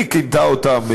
היא כינתה אותם בוגדים,